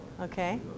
Okay